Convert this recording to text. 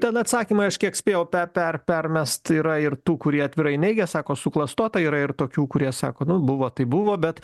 ten atsakymą aš kiek spėjau pe per permest yra ir tų kurie atvirai neigia sako suklastota yra ir tokių kurie sako nu buvo tai buvo bet